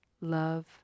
love